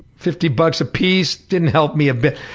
fifty bucks apiece, didn't help me a bit.